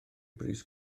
bris